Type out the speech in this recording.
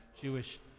Jewish